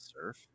Surf